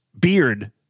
beard